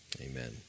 Amen